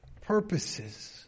purposes